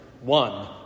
One